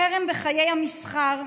חרם בחיי המסחר,